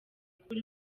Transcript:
kuri